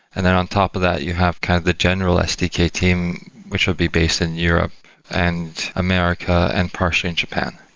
and then on top of that, you have kind of the general sdk team, which will be based in europe and america and partially in japan.